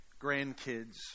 Grandkids